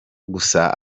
gusa